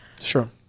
sure